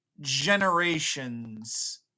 generations